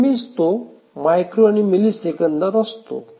नेहमीच मायक्रो आणि मिली सेकंदात असतो